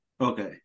okay